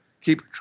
keep